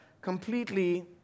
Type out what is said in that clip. completely